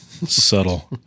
Subtle